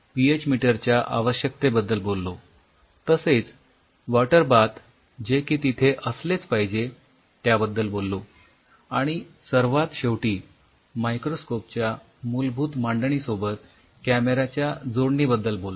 आपण पीएच मीटरच्या आवश्यकतेबद्दल बोललो तसेच वॉटर बाथ जे की तिथे असलेच पाहिजे त्याबद्दल बोललो आणि सर्वात शेवटी मायक्रोस्कोपच्या मूलभूत मांडणीसोबत कॅमेऱ्याच्या जोडणीबद्दल बोललो